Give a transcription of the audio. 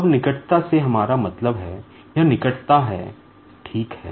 अब निकटता से हमारा मतलब है यह निकटता है ठीक है